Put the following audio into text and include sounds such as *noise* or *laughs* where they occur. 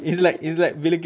*laughs*